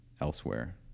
elsewhere